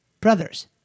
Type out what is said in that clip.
Brothers